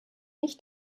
nicht